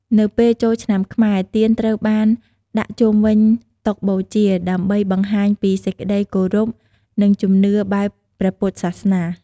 នៅពេលចូលឆ្នាំខ្មែរ ទៀនត្រូវបានដាក់ជុំវិញតុបូជា ដើម្បីបង្ហាញពីសេចក្ដីគោរព និងជំនឿបែបព្រះពុទ្ធសាសនា។